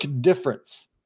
difference